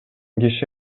киши